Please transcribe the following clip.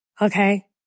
Okay